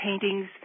paintings